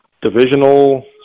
divisional